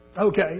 Okay